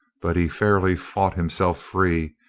but he fairly fought himself free,